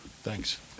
Thanks